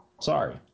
Sorry